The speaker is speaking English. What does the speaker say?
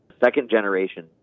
second-generation